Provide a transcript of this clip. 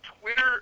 Twitter